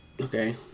Okay